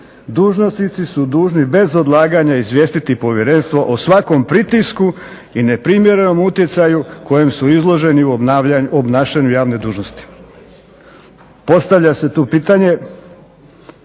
dužnosnici su dužni bez odlaganja izvijestiti povjerenstvo o svakom pritisku i neprimjerenom utjecaju kojem su izloženi u obnašanju javne dužnosti. Postavlja se tu pitanje